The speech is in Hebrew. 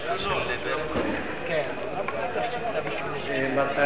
איזה כבוד אתם נותנים לראש הממשלה בהצעות השונות והמשונות.